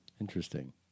Interesting